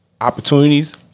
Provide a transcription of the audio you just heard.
opportunities